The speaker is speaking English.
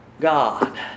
god